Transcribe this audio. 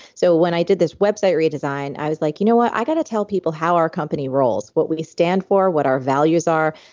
so when i did this website redesign, i was like you know what? i've got to tell people how our company rolls. what we stand for, what our values are,